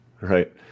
Right